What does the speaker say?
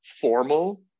formal